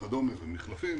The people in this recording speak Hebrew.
מחליפים,